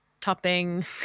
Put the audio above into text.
topping